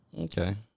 Okay